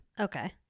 Okay